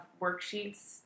worksheets